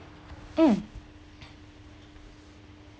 mm